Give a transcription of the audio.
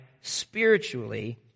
spiritually